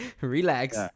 relax